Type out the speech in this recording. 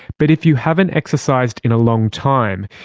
but if you haven't exercised in a long time,